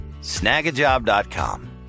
Snagajob.com